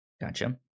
Gotcha